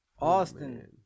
Austin